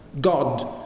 God